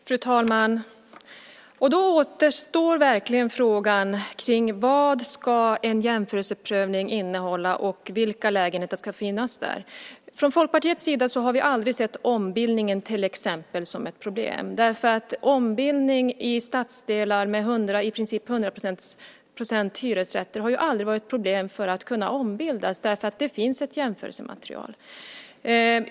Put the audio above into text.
Fru talman! Då återstår verkligen frågan om vad en jämförelseprövning ska innehålla och vilka lägenheter som ska finnas där. Vi i Folkpartiet har aldrig sett till exempel ombildningen som ett problem. Ombildning i stadsdelar med i princip 100 % hyresrätter har aldrig varit ett problem därför att det finns ett jämförelsematerial.